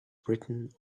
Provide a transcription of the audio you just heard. written